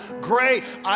great